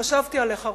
חשבתי עליך,